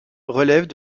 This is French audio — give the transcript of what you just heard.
relèvent